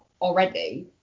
already